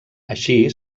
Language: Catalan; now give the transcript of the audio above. així